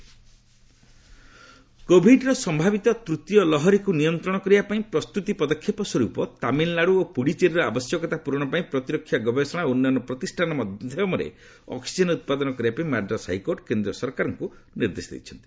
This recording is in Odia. ଟିଏନ୍ ଅକ୍ଟିଜେନ୍ କୋଭିଡ୍ର ସମ୍ଭାବିତ ତୂତୀୟ ଲହରୀକୁ ନିୟନ୍ତ୍ରଣ କରିବାପାଇଁ ପ୍ରସ୍ତୁତି ପଦକ୍ଷେପସ୍ୱରୂପ ତାମିଲ୍ନାଡୁ ଓ ପୁଡୁଚେରୀର ଆବଶ୍ୟକତା ପୂରଣ ପାଇଁ ପ୍ରତିରକ୍ଷା ଗବେଷଣା ଓ ଉନ୍ନୟନ ପ୍ରତିଷ୍ଠାନ ମାଧ୍ୟମରେ ଅକ୍ୱିଜେନ୍ ଉତ୍ପାଦନ କରିବାପାଇଁ ମାଡ୍ରାସ୍ ହାଇକୋର୍ଟ କେନ୍ଦ୍ର ସରକାରଙ୍କୁ ନିର୍ଦ୍ଦେଶ ଦେଇଛନ୍ତି